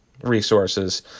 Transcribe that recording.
resources